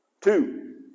Two